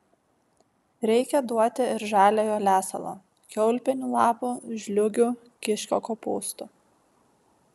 reikia duoti ir žaliojo lesalo kiaulpienių lapų žliūgių kiškio kopūstų